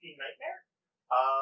nightmare